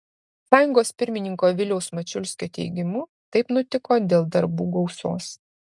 sąjungos pirmininko viliaus mačiulskio teigimu taip nutiko dėl darbų gausos